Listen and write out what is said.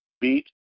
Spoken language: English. beat